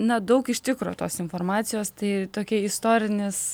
na daug iš tikro tos informacijos tai tokia istorinis